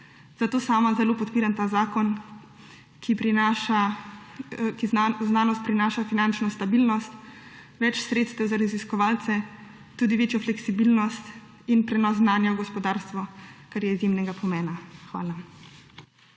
Zato sama zelo podpiram ta zakon, ki v znanost prinaša finančno stabilnost, več sredstev za raziskovalce, tudi večjo fleksibilnost in prenos znanja v gospodarstvo, kar je izjemnega pomena. Hvala.